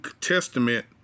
Testament